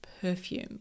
perfume